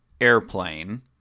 airplane